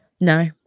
No